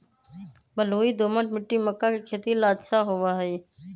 बलुई, दोमट मिट्टी मक्का के खेती ला अच्छा होबा हई